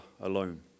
alone